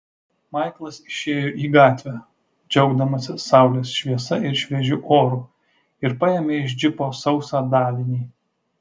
maiklas išėjo į gatvę džiaugdamasis saulės šviesa ir šviežiu oru ir paėmė iš džipo sausą davinį